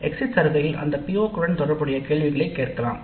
exit சர்வேயில் அந்த PO களுடன் தொடர்புடைய கேள்விகளை கேட்கலாம்